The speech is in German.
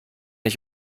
ich